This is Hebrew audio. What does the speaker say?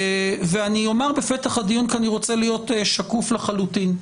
אומר בפתח הדיון כי אני רוצה להיות שקוף לחלוטין.